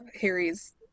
Harry's